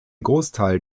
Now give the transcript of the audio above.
großteil